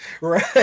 Right